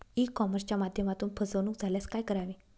E कॉमर्सच्या माध्यमातून फसवणूक झाल्यास काय करावे?